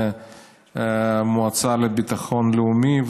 והמועצה לביטחון לאומי,